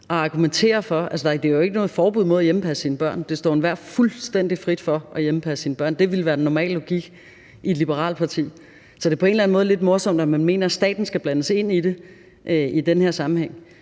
og argumenterer for det. Altså, der er jo ikke noget forbud mod at hjemmepasse sine børn, det står enhver fuldstændig frit for at hjemmepasse sine børn, og det ville være den normale logik for et liberalt parti. Så det er på en eller anden måde lidt morsomt, at man mener, at staten skal blandes ind i det i den her sammenhæng.